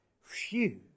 Phew